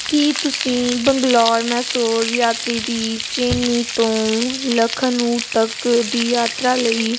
ਕੀ ਤੁਸੀਂ ਬੰਗਲੌਰ ਮੈਸੂਰ ਯਾਤਰੀ ਦੀ ਚੇਨਈ ਤੋਂ ਲਖਨਊ ਤੱਕ ਦੀ ਯਾਤਰਾ ਲਈ